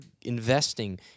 investing